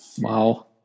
Wow